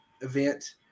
event